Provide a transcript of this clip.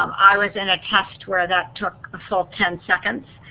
um i was in a test where that took a whole ten seconds,